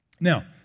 Now